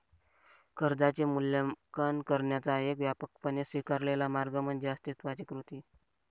कर्जाचे मूल्यांकन करण्याचा एक व्यापकपणे स्वीकारलेला मार्ग म्हणजे अस्तित्वाची कृती